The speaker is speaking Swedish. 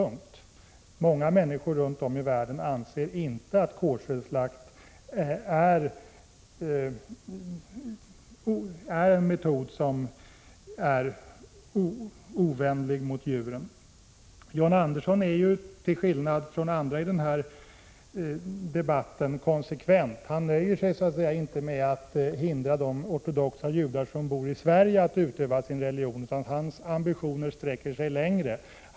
Många människor runt om i världen anser inte att koscherslakt är en metod som är särskilt plågsam för djuren. John Andersson är till skillnad mot den officiella svenska attityden konsekvent — han nöjer sig inte med att hindra de ortodoxa judar som bor i Sverige att utöva sin religion, utan hans ambitioner sträcker sig längre.